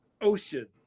Ocean